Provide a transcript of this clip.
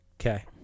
Okay